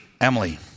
Emily